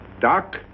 Doc